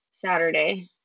Saturday